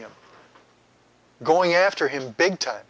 him going after him big time